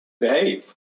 behave